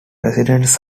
residents